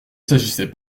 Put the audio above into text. s’agissait